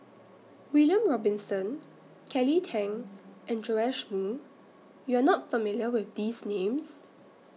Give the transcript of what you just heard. William Robinson Kelly Tang and Joash Moo YOU Are not familiar with These Names